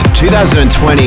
2020